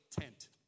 tent